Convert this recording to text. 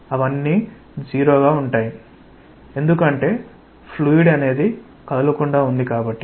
అవి సున్నాగా ఉంటాయి ఎందుకంటే ఇది కదలకుండా ఉన్న ఫ్లూయిడ్ కాబట్టి